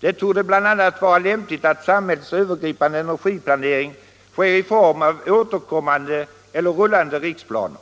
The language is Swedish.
Det torde bl.a. vara lämpligt att samhällets övergripande energiplanering sker i form av återkommande eller rullande riksplaner